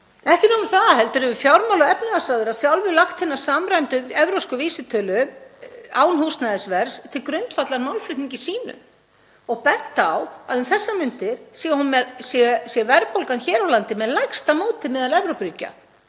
Ekki nóg með það heldur hefur fjármála- og efnahagsráðherra sjálfur lagt hina samræmdu evrópsku vísitölu, án húsnæðisverðs, til grundvallar málflutningi sínum og bent á að um þessar mundir sé verðbólgan hér á landi með lægsta móti meðal Evrópuríkja,